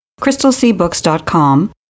crystalseabooks.com